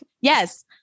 yes